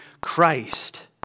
Christ